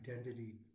identity